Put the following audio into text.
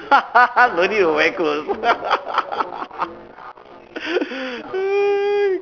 no need to wear clothes